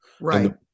Right